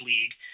League